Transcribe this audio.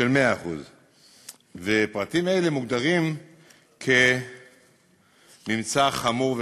של 100%. פרטים אלה מוגדרים כממצא חמור וחריג.